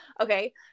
Okay